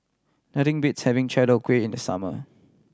nothing beats having Chai Tow Kuay in the summer